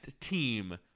team